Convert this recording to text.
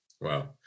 Wow